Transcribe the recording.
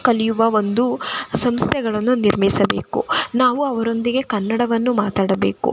ಕಲಿಯುವ ಒಂದು ಸಂಸ್ಥೆಗಳನ್ನು ನಿರ್ಮಿಸಬೇಕು ನಾವು ಅವರೊಂದಿಗೆ ಕನ್ನಡವನ್ನು ಮಾತಾಡಬೇಕು